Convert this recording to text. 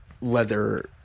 leather